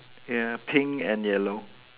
ya pink and yellow